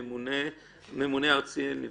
הוא מחליט אם הוא מבקש מומחה או הולך ל"דיפולט".